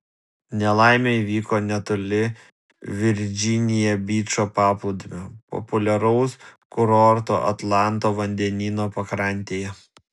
nelaimė įvyko netoli virdžinija byčo paplūdimio populiaraus kurorto atlanto vandenyno pakrantėje